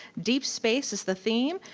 deep space is the theme,